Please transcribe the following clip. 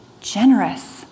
generous